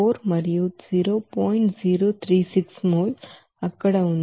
036 mole అక్కడ ఉంది